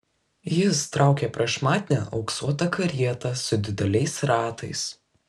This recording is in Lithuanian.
jis traukė prašmatnią auksuotą karietą su dideliais ratais